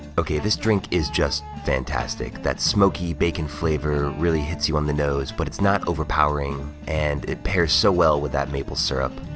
okay, this drink is just fantastic. that smoky bacon flavor really hits you on the nose, but it's not overpowering. and it pairs so well with that maple syrup.